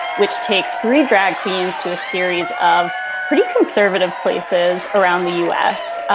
which takes three drag queens to a series of pretty conservative places around the u s.